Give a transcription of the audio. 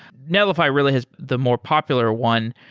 netlify really has the more popular one.